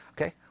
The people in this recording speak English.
okay